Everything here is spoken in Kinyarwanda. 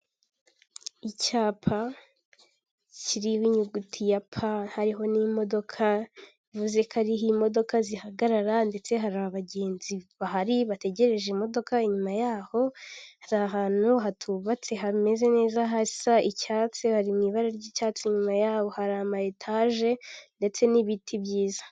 Icyapa kiriho inyuguti ya pa hariho n'imodoka, bivuze ko ariho imodoka zihagarara ndetse hari abagenzi bahari bategereje imodoka, inyuma y'aho hari ahantu hatubatse hameze neza hasa icyatsi/hari mu ibara ry'icyatsi, inyuma yaho hari ama etage ndetse n'ibiti byiza.